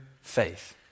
faith